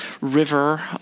river